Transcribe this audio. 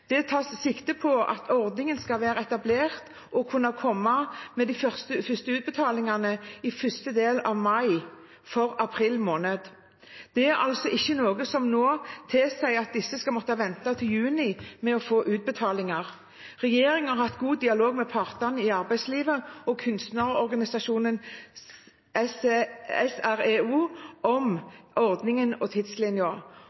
Det tas sikte på at ordningen skal være etablert og de første utbetalingene for april måned skal kunne komme i første del av mai. Det er altså ikke noe som nå tilsier at disse skal måtte vente til juni med å få utbetaling. Regjeringen har hatt god dialog med partene i arbeidslivet og kunstnerorganisasjonen